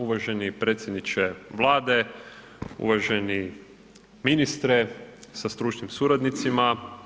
Uvaženi predsjedniče Vlade, uvaženi ministre sa stručnim suradnicima.